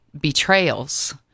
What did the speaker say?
betrayals